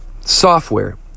software